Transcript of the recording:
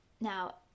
now